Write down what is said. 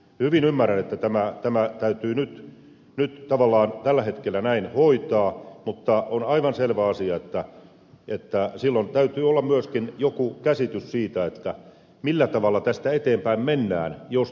hyvin ymmärrän että tämä täytyy nyt tavallaan tällä hetkellä näin hoitaa mutta on aivan selvä asia että silloin täytyy olla myöskin joku käsitys siitä millä tavalla tästä eteenpäin mennään jos tämä ei jää tähän